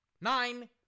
nine